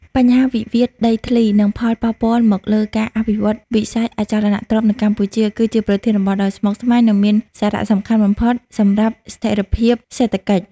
បញ្ហាវិវាទដីធ្លី និងផលប៉ះពាល់មកលើការអភិវឌ្ឍវិស័យអចលនទ្រព្យនៅកម្ពុជា គឺជាប្រធានបទដ៏ស្មុគស្មាញ និងមានសារៈសំខាន់បំផុតសម្រាប់ស្ថិរភាពសេដ្ឋកិច្ច។